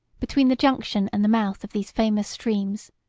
between the junction and the mouth of these famous streams,